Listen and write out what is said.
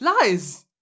Lies